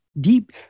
deep